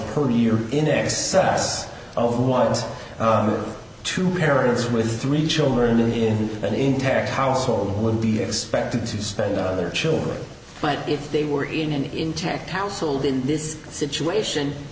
per year in excess of one two parents with three children in an intact household would be expected to spend other children but if they were in an intact household in this situation